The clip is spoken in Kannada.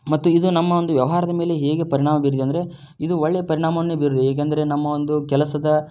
ಮತ್ತು ಇದು ನಮ್ಮ ಒಂದು ವ್ಯವಹಾರದ ಮೇಲೆ ಹೇಗೆ ಪರಿಣಾಮ ಬೀರಿದೆ ಅಂದರೆ ಇದು ಒಳ್ಳೆಯ ಪರಿಣಾಮವನ್ನೇ ಬೀರಿದೆ ಹೇಗೆಂದರೆ ನಮ್ಮ ಒಂದು ಕೆಲಸದ